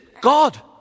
God